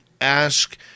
ask